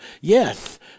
yes